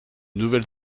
nouvelle